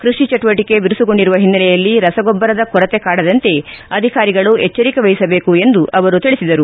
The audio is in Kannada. ಕ್ಷಷಿ ಚಟುವಟಕೆ ಬಿರುಸುಗೊಂಡಿರುವ ಹಿನ್ನೆಲೆಯಲ್ಲಿ ರಸಗೊಬ್ಲರದ ಕೊರತೆ ಕಾಡದಂತೆ ಅಧಿಕಾರಿಗಳು ಎಚ್ಚರಿಕೆವಹಿಸಬೇಕು ಎಂದು ಅವರು ತಿಳಿಸಿದರು